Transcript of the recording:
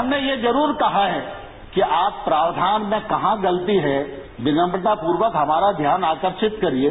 हमने यह जरूर कहा है कि आप प्राक्षान में कहां गलती है विनम्नतापूर्वक हमारा ध्यान आकर्षित करिये